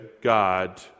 God